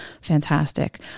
fantastic